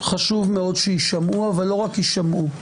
חשוב מאוד שיישמעו, אבל לא רק יישמעו.